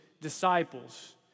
disciples